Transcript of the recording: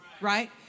Right